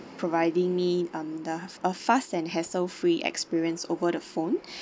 providing me um the a fast and hassle free experience over the phone